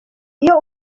iyo